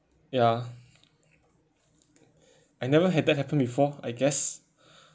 ya I never had that happen before I guess